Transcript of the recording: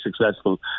successful